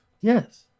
Yes